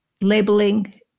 labeling